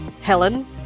helen